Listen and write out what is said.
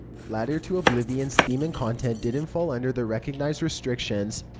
ladder to oblivion's theme and content didn't fall under the recognized restrictions,